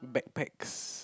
backpacks